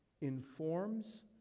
informs